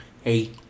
Hey